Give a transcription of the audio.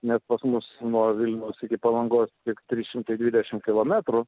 nes pas mus nuo vilniaus iki palangos tik tris šimtai dvidešim kilometrų